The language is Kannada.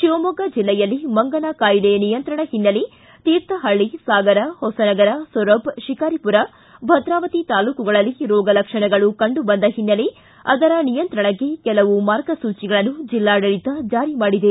ಶಿವಮೊಗ್ಗ ಜಿಲ್ಲೆಯಲ್ಲಿ ಮಂಗನ ಕಾಯಿಲೆ ನಿಯಂತ್ರಣ ಹಿನ್ನೆಲೆ ತೀರ್ಥಹಳ್ಳಿ ಸಾಗರ ಹೊಸನಗರ ಸೊರಬ ಶಿಕಾರಿಪುರ ಭದ್ರಾವತಿ ತಾಲೂಕುಗಳಲ್ಲಿ ರೋಗ ಲಕ್ಷಣಗಳು ಕಂಡು ಬಂದ ಹಿನ್ನೆಲೆ ಅದರ ನಿಯಂತ್ರಣಕ್ಕೆ ಕೆಲವು ಮಾರ್ಗಸೂಚಿಗಳನ್ನು ಜಿಲ್ಲಾಡಳಿತ ಜಾರಿ ಮಾಡಿದೆ